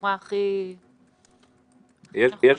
בצורה הכי נכונה ומדויקת שאפשר.